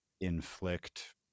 inflict